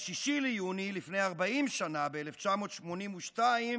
ב-6 ביוני לפני 40 שנה, ב-1982,